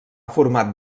format